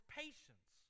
patience